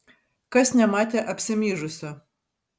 kas nematė apsimyžusio